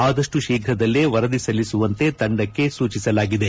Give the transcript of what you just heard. ಆದಷ್ಟು ಶೀಘ್ರದಲ್ಲೇ ವರದಿ ಸಲ್ಲಿಸುವಂತೆ ತಂಡಕ್ಕೆ ಸೂಚಿಸಲಾಗಿದೆ